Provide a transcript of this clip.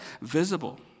visible